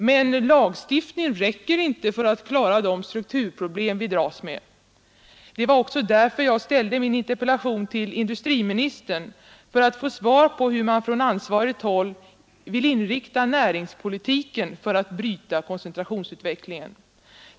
Men lagstiftning räcker inte för att klara de strukturproblem vi dras med. Det var också därför jag ställde min interpellation till industriministern för att få svar på hur man från ansvarigt håll vill inrikta näringspolitiken för att bryta koncentrationsutvecklingen.